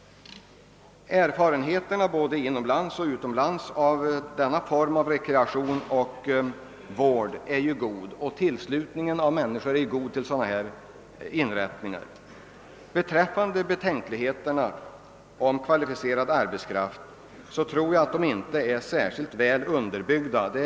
Erfarenheterna både inom landet och utomlands av denna form av anläggningar för rekreation och vård är positiva. Tillslutningen av besökare är god, och vad gäller betänkligheterna beträffande kvalificerad arbetskraft så tror jag att de inte är särskilt väl underbyggda.